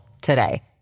today